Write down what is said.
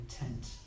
intent